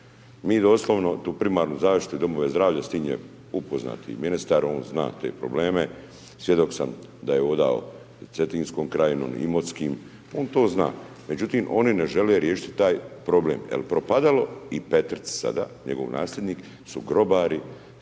Mi doslovno tu primarnu zaštitu i domove zdravlja s tim je upoznat i ministar on zna te probleme, svjedok sam da u Cetinskoj krajini i Imotskim, on to zna. Međutim, oni ne žele riješiti taj problem. Jer Propadalo i Petrec sada njegov nasljednik, su grobari